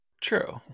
True